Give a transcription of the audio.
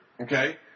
Okay